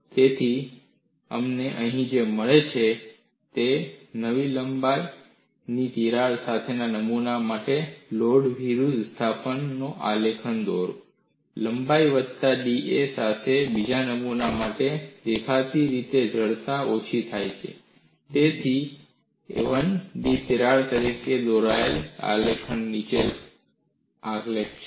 તેથી તમને અહીં જે મળે છે તે છે તમે લંબાઈના તિરાડ સાથેના નમૂના માટે લોડ વિરુદ્ધ વિસ્થાપન વચ્ચેનો આલેખ દોરો લંબાઈના વત્તા da સાથેના બીજા નમૂના માટે દેખીતી રીતે જડતા ઓછી થઈ છે તેથી a ની તિરાડ લંબાઈ માટે દોરેલા આલેખની નીચે આલેખ છે